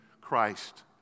Christ